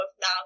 now